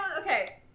okay